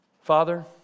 Father